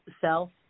self